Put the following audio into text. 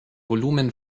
volumen